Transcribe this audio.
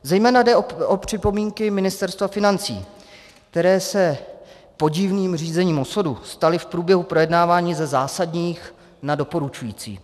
Zejména jde o připomínky Ministerstva financí, které se podivným řízení osudu změnily v průběhu projednávání ze zásadních na doporučující.